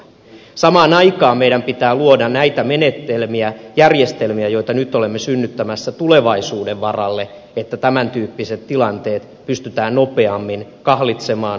samaan aikaan meidän pitää luoda näitä menetelmiä järjestelmiä joita nyt olemme synnyttämässä tulevaisuuden varalle jotta tämäntyyppiset tilanteet pystytään nopeammin kahlitsemaan ja sammuttamaan